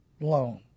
loan